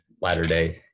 latter-day